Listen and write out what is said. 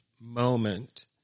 moment